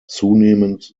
zunehmend